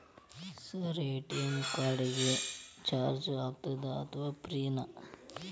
Sir ATM card ಗೆ charge ಆಗುತ್ತಾ ಅಥವಾ ಫ್ರೇ ನಾ?